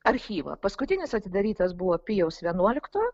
archyvą paskutinis atidarytas buvo pijaus vienuoliktojo